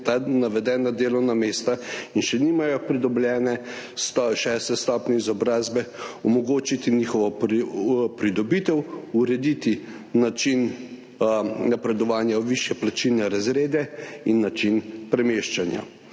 na navedena delovna mesta in še nimajo pridobljene šeste stopnje izobrazbe, omogočiti njeno pridobitev, urediti način napredovanja v višje plačne razrede in način premeščanja.